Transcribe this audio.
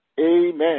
Amen